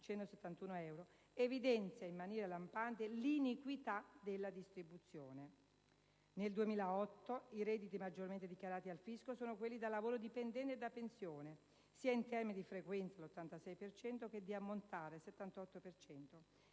68.171 euro), evidenzia in maniera lampante l'iniquità della distribuzione. Nel 2008, i redditi maggiormente dichiarati al fisco sono stati quelli da lavoro dipendente e da pensione, sia in termini dì frequenza (86 per cento) che di ammontare (78